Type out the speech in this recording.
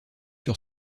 sur